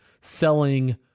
selling